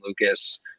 Lucas